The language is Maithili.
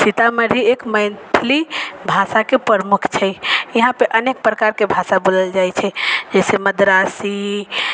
सीतामढ़ी एक मैथिली भाषाके प्रमुख छै यहाँपर अनेक प्रकारके भाषा बोलल जाइ छै जइसे मद्रासी